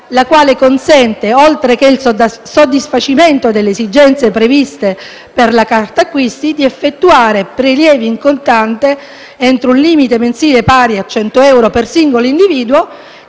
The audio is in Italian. la quale consente, oltre che il soddisfacimento delle esigenze previste per la carta acquisti, di effettuare prelievi in contante entro un limite mensile pari a 100 euro per singolo individuo,